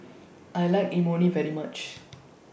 I like Imoni very much